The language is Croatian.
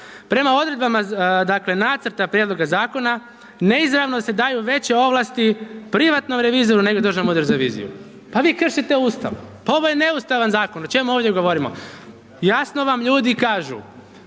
Prema odredbama dakle, nacrta prijedloga zakona neizravno se daju veće ovlasti privatnom revizoru nego Državnom uredu za reviziju, pa vi kršite Ustav pa ovo je neustavan zakon, o čemu ovdje govorimo. Jasno vam ljudi kažu,